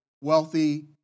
wealthy